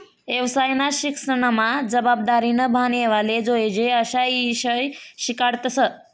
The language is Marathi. येवसायना शिक्सनमा जबाबदारीनं भान येवाले जोयजे अशा ईषय शिकाडतस